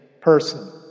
person